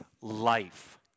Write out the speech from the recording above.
life